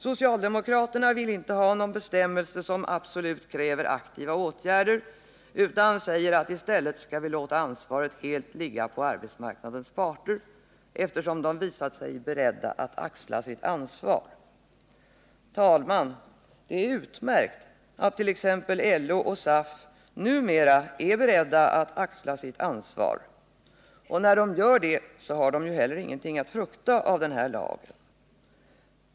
Socialdemokraterna vill inte ha någon bestämmelse som absolut kräver aktiva åtgärder utan säger att vi i stället skall låta ansvaret helt ligga på arbetsmarknadens parter, eftersom de visat sig ”beredda att axla sitt ansvar”. Herr talman! Det är utmärkt att t.ex. LO och SAF numera är beredda att axla sitt ansvar, och när de gör det så har de ju heller inget att frukta av den här lagen.